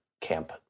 camp